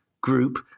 group